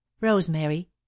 rosemary